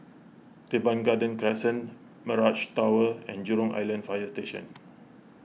Teban Garden Crescent Mirage Tower and Jurong Island Fire Station